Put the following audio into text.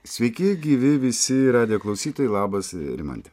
sveiki gyvi visi radijo klausytojai labas rimante